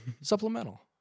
supplemental